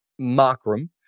Markram